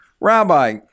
Rabbi